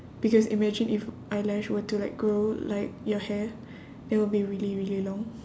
because imagine if eyelash were to like grow like your hair it will be really really long